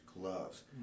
gloves